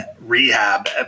rehab